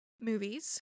Movies